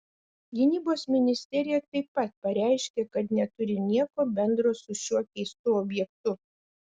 gynybos ministerija taip pat pareiškė kad neturi nieko bendro su šiuo keistu objektu